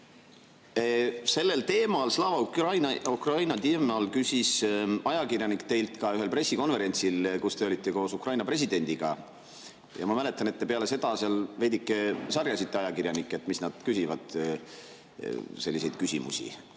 teha. Selle teema, Slava Ukraini teema kohta küsis ajakirjanik teilt ka ühel pressikonverentsil, kus te olite koos Ukraina presidendiga, ja ma mäletan, et te peale seda seal veidike sarjasite ajakirjanikke, et mis nad küsivad selliseid küsimusi.